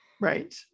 right